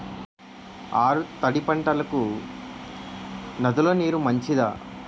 ఆరు తడి పంటలకు నదుల నీరు మంచిదా?